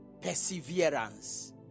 Perseverance